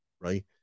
right